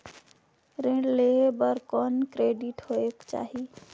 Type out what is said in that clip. ऋण लेहे बर कौन क्रेडिट होयक चाही?